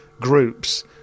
groups